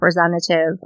representative